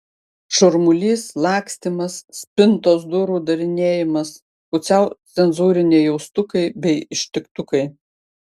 šurmulys lakstymas spintos durų darinėjimas pusiau cenzūriniai jaustukai bei ištiktukai